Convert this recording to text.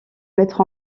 mettre